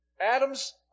Adam's